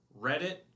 Reddit